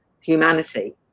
humanity